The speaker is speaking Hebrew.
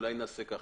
אולי נעשה כך